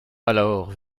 alors